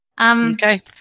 Okay